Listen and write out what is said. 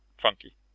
funky